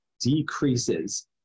decreases